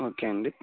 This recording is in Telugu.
ఓకే అండి